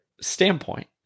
standpoint